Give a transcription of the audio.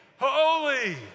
Holy